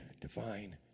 divine